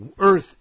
earth